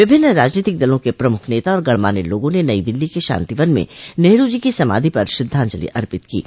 विभिन्न राजनीतिक दलों के प्रमुख नेता और गणमान्य लोगों ने नई दिल्ली के शांतिवन में नेहरू जी की समाधि पर श्रद्धांजलि अर्पित किये